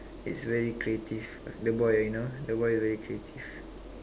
it's very creative the boy you know the boy is very creative